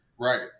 right